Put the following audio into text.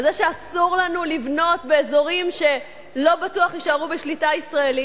זה שאסור לנו לבנות באזורים שלא בטוח שיישארו בשליטה ישראלית,